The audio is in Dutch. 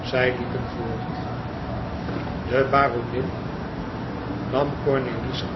zij liepen voort e ids aargang e baronin nam cornélie's